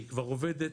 המערכת כבר עובדת